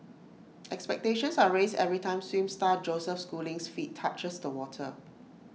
expectations are raised every time swim star Joseph schooling's feet touches the water